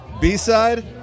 B-side